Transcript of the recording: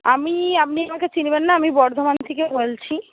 আমি আপনি আমাকে চিনবেন না আমি বর্ধমান থেকে বলছি